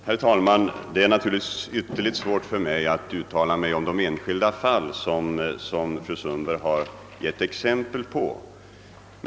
Herr talman! Det är självfallet ytterligt svårt för mig att uttala mig om de enskilda fall som fru Sundberg här har givit exempel på.